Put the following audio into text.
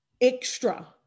extra